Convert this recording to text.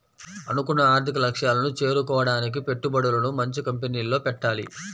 అనుకున్న ఆర్థిక లక్ష్యాలను చేరుకోడానికి పెట్టుబడులను మంచి కంపెనీల్లో పెట్టాలి